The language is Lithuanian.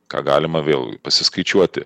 ką galima vėlgi pasiskaičiuoti